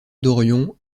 dorion